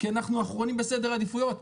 כי אנחנו האחרונים בסדר העדיפויות.